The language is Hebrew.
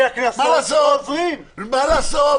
מה לעשות?